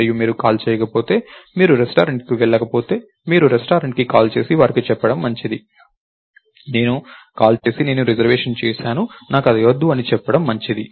మరియు మీరు కాల్ చేయకపోతే మీరు రెస్టారెంట్కి వెళ్లకపోతే మీరు రెస్టారెంట్కి కాల్ చేసి వారికి చెప్పడం మంచిది నేను నేను కాల్ చేసి నేను రిజర్వేషన్ చేసాను నాకు అది వద్దు అని చెప్పడం మంచిది